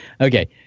Okay